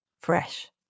fresh